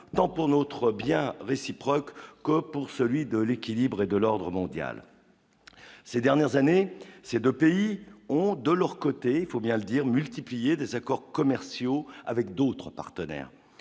tant pour notre bien réciproque comme pour celui de l'équilibre est de l'ordre mondial ces dernières années, ces 2 pays ont de leur côté, il faut bien le dire, multiplié des accords commerciaux avec d'autres partenaires,